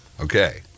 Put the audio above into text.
Okay